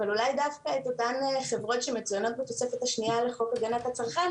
אבל אולי דווקא את אותן חברות שמצוינות בתוספת השנייה לחוק הגנת הצרכן